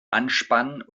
anspannen